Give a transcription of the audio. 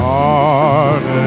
Heart